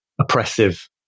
oppressive